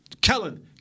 Kellen